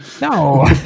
No